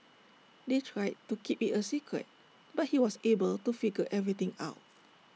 they tried to keep IT A secret but he was able to figure everything out